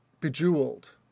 bejeweled